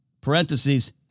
Parentheses